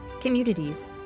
communities